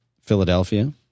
Philadelphia